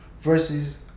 Versus